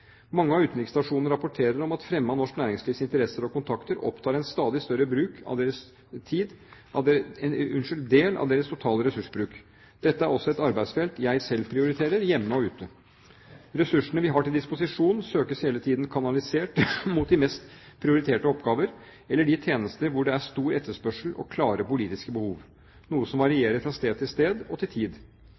Mange av utenriksstasjonene rapporterer om at fremme av norsk næringslivs interesser og kontakter opptar en stadig større del av deres totale ressursbruk. Dette er også et arbeidsfelt jeg selv prioriterer, hjemme og ute. Ressursene vi har til disposisjon, søkes hele tiden kanalisert mot de mest prioriterte oppgaver eller de tjenester hvor det er stor etterspørsel og klare politiske behov, noe som varierer fra sted til sted og i tid.